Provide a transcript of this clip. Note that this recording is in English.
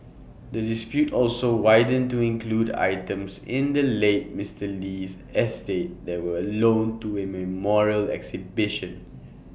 the dispute also widened to include items in the late Mister Lee's estate that were loaned to A memorial exhibition